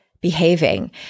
behaving